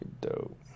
dope